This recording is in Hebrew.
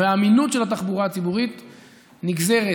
והאמינות של התחבורה הציבורית נגזרת,